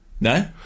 no